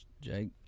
Jake